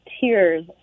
tears